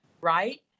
right